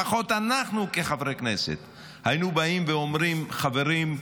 לפחות אנחנו כחברי כנסת היינו באים ואומרים: חברים,